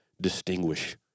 Distinguish